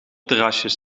terrasjes